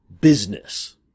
business